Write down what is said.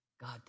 God